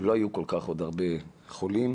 לא היו הרבה חולים